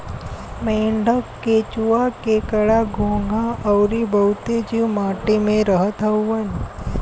मेंढक, केंचुआ, केकड़ा, घोंघा अउरी बहुते जीव माटी में रहत हउवन